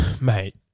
mate